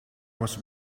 was